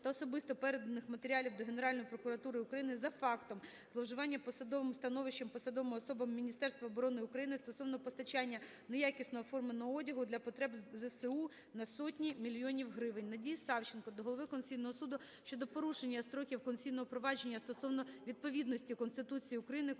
та особисто переданих матеріалів до Генеральної прокуратури України за фактом зловживання посадовим становищем посадовими особами Міністерства оборони України стосовно постачання неякісного форменого одягу для потреб ЗСУ на сотні мільйонів гривень. Надії Савченко до Голови Конституційного суду щодо порушення строків конституційного провадження стосовно відповідності Конституції України